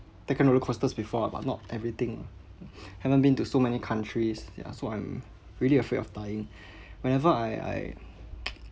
take roller coasters before ah but not everything ah haven't been to so many countries ya so I'm really afraid of dying whenever I I